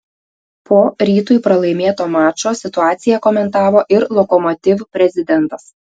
po rytui pralaimėto mačo situaciją komentavo ir lokomotiv prezidentas